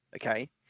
Okay